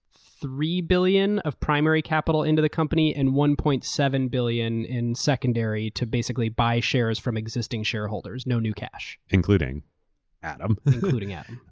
three billion of primary capital into the company and one dollars. seven billion in secondary to basically buy shares from existing shareholders. no new cash. including adam. including adam.